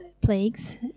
plagues